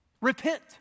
Repent